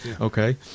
Okay